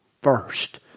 first